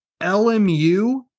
LMU